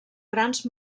grans